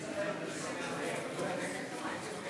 להלן תוצאות